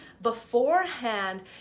beforehand